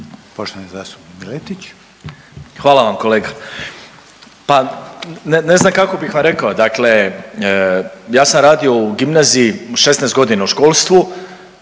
Marin (MOST)** Hvala vam kolega. Pa ne znam kako bih vam rekao. Dakle ja sam radio u gimnaziji 16 godina u školstvu.